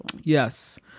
Yes